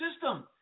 system